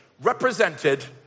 represented